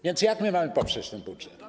Więc jak my mamy poprzeć ten budżet?